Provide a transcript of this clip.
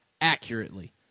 accurately